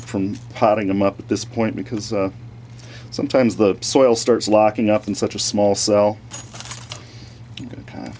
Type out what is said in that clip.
from putting them up at this point because sometimes the soil starts locking up and such a small cell